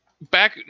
back